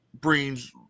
brings